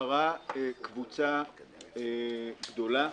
נשארה קבוצה גדולה